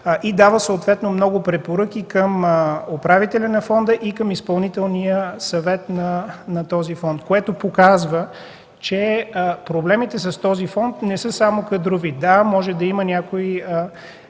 дава съответно много препоръки към управителя на фонда и към изпълнителния съвет на фонда, което показва, че проблемите с този фонд не са само кадрови. Да, може да има някои